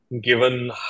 given